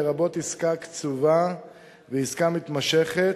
לרבות עסקה קצובה ועסקה מתמשכת,